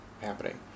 happening